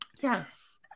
yes